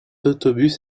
autobus